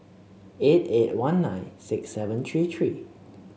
eight eight one nine six seven three three